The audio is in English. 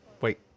Wait